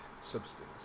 substance